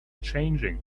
changing